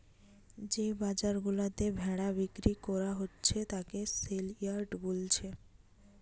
যে বাজার গুলাতে ভেড়া বিক্রি কোরা হচ্ছে তাকে সেলইয়ার্ড বোলছে